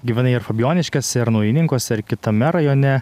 gyvenai ir fabijoniškėse ir naujininkuose ir kitame rajone